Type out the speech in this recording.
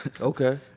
Okay